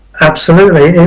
absolutely.